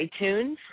iTunes